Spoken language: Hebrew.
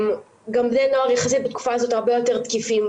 גם בני נוער יחסית בתקופה הזאת הרבה יותר תוקפנים,